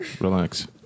Relax